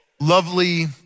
lovely